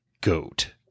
goat